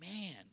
man